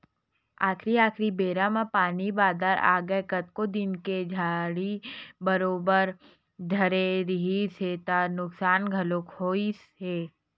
आखरी आखरी बेरा म पानी बादर आगे कतको दिन ले झड़ी बरोबर धरे रिहिस हे त नुकसान घलोक होइस हे